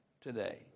today